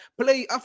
play